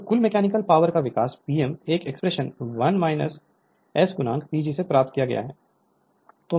तो कुल mechanical power का विकास Pm इस एक्सप्रेशन 1 S PG से प्राप्त किया गया है